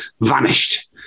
vanished